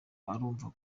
urumva